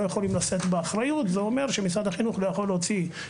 יכול לשאת באחריות - משרד החינוך לא יכול להוציא משלחות.